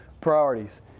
priorities